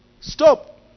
Stop